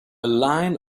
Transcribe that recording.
line